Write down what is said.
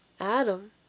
Adam